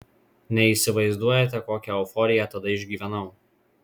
neįsivaizduojate kokią euforiją tada išgyvenau